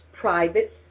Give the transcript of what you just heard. private